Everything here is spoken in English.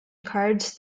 cards